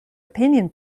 opinion